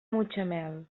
mutxamel